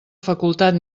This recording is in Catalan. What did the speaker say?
facultat